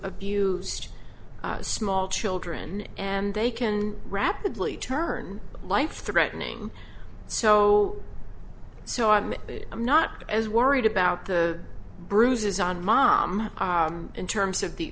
abused small children and they can rapidly turn life threatening so so i mean i'm not as worried about the bruises on mom in terms of the